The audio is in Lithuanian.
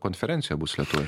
konferencija bus lietuvoje